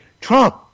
Trump